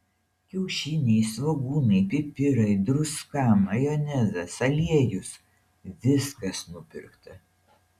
kiaušiniai svogūnai pipirai druska majonezas aliejus viskas nupirkta